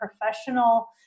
professional